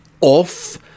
off